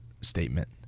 statement